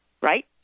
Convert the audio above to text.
right